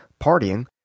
partying